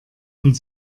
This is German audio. und